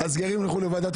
פומבי, שגם הוא נמצא בעיצומו.